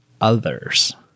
others